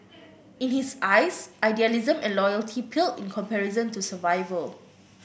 in his eyes idealism and loyalty paled in comparison to survival